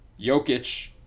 Jokic